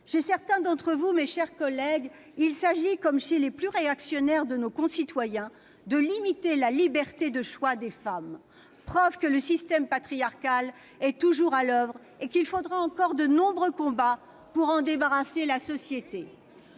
Chez certains d'entre vous, mes chers collègues, il s'agit, comme chez les plus réactionnaires de nos concitoyens, de limiter la liberté de choix des femmes ! Preuve que le système patriarcal est toujours à l'oeuvre et qu'il faudra encore de nombreux combats pour en débarrasser la société.